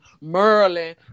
merlin